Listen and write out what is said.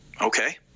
Okay